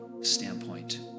standpoint